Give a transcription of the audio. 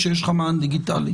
כשיש לך מען דיגיטלי.